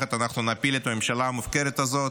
ביחד אנחנו נפיל את הממשלה המופקרת הזאת,